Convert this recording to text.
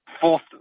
fourth